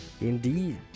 Indeed